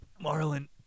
Marlin